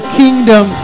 kingdom